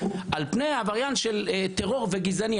על פני עבריין של טרור וגזענות.